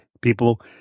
people